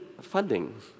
funding